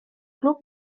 club